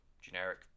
generic